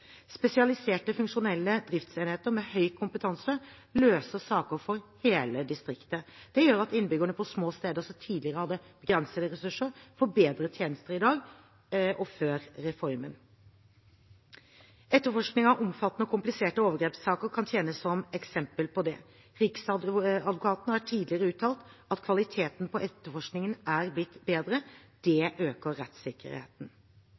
Spesialiserte, funksjonelle driftsenheter med høy kompetanse løser saker for hele distriktet. Det gjør at innbyggerne på små steder som tidligere hadde begrensede ressurser, får bedre tjenester i dag enn før reformen. Etterforskning av omfattende og kompliserte overgrepssaker kan tjene som eksempel på det. Riksadvokaten har tidligere uttalt at kvaliteten på etterforskningen er blitt bedre.